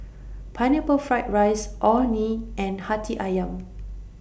Pineapple Fried Rice Orh Nee and Hati Ayam